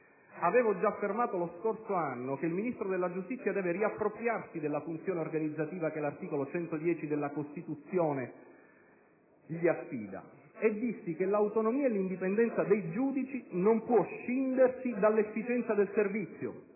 Avevo già affermato, lo scorso anno, che il Ministro della giustizia deve riappropriarsi della funzione organizzativa che l'articolo 110 della Costituzione gli affida e dissi che l'autonomia e l'indipendenza dei giudici non può scindersi dall'efficienza del servizio,